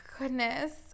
Goodness